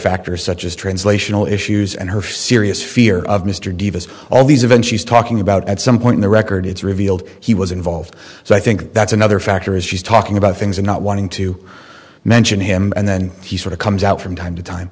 factors such as translational issues and her serious fear of mr davis all these events she's talking about at some point in the record it's revealed he was involved so i think that's another factor as she's talking about things and not wanting to mention him and then he sort of comes out from time to time